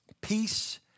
Peace